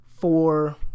four